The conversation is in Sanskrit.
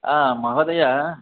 महोदय